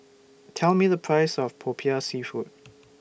Tell Me The Price of Popiah Seafood